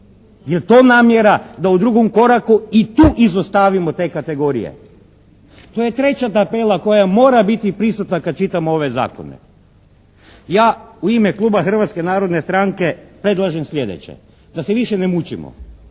jer to namjera da u drugom koraku i tu izostavimo te kategorije. To je treba tabela koja mora biti prisutna kad čitamo ove zakone. Ja u ime kluba Hrvatske narodne stranke predlažem sljedeće, da se više ne mučimo,